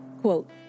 Quote